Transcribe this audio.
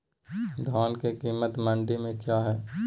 धान के कीमत मंडी में क्या है?